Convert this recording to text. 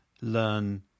learn